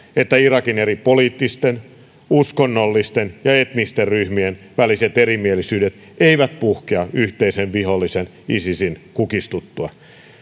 että irakin eri poliittisten uskonnollisten ja etnisten ryhmien väliset erimielisyydet eivät puhkea yhteisen vihollisen isisin kukistuttua